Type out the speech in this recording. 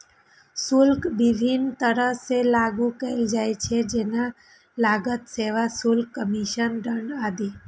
शुल्क विभिन्न तरह सं लागू कैल जाइ छै, जेना लागत, सेवा शुल्क, कमीशन, दंड आदि